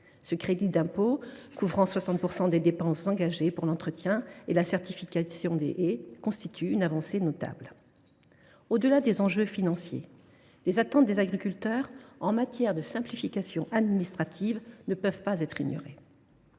cette fin, qui couvre 60 % des dépenses engagées pour l’entretien et la certification des haies, constitue une avancée notable. Au delà des enjeux financiers, les attentes des agriculteurs en matière de simplification administrative ne peuvent être ignorées.